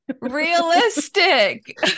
Realistic